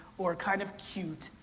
or kind of cute.